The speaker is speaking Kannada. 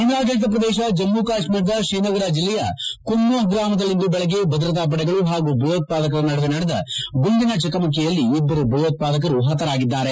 ಕೇಂದ್ರಾಡಳಿತ ಪ್ರದೇಶ ಜಮ್ಮ ಕಾಶ್ಮೀರದ ಶ್ರೀನಗರ ಜಿಲ್ಲೆಯ ಖೊನ್ಮೋಹ್ ಗ್ರಾಮದಲ್ಲಿಂದು ಬೆಳಗ್ಗೆ ಭದ್ರತಾಪಡೆಗಳು ಪಾಗೂ ಭಯೋತ್ಪಾದಕರ ನಡುವೆ ನಡೆದ ಗುಂಡಿನ ಚಕಮಕಿಯಲ್ಲಿ ಇಬ್ಬರು ಭಯೋತ್ಪಾದಕರು ಪತರಾಗಿದ್ದಾರೆ